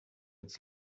its